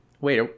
Wait